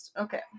Okay